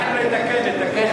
אנחנו נתקן, נתקן.